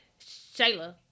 Shayla